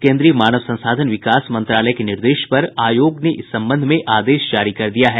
केंद्रीय मानव संसाधन विकास मंत्रालय के निर्देश पर आयोग ने इस संबंध में आदेश जारी कर दिया है